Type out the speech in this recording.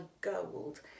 gold